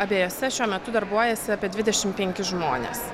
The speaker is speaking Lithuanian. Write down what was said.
abiejuose šiuo metu darbuojasi apie dvidešimt penki žmonės